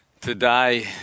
today